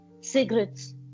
Cigarettes